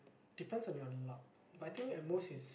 depends on your luck but I think at most it's